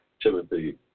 Timothy